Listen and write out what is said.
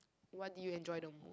what did you enjoy the most